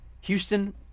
Houston